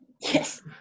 Yes